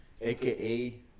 aka